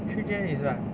three gen is what